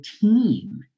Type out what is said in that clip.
team